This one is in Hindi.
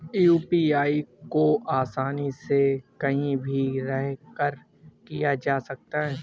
यू.पी.आई को आसानी से कहीं भी रहकर प्रयोग किया जा सकता है